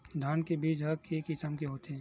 धान के बीजा ह के किसम के होथे?